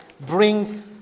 brings